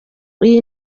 iyi